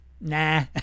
nah